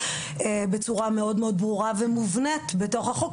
בצורה מאוד-מאוד ברורה ומובנית בתוך החוק,